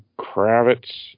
Kravitz